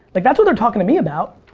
like that's what they're talking to me about.